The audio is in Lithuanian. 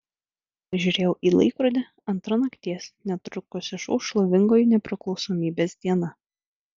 pažiūrėjau į laikrodį antra nakties netrukus išauš šlovingoji nepriklausomybės diena